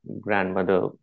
grandmother